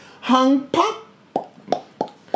hung-pop